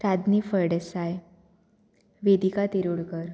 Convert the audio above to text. Radni Phaldesai Vedika Tirodkar